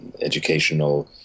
educational